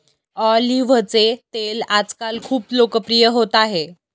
ऑलिव्हचे तेल आजकाल खूप लोकप्रिय होत आहे